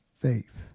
faith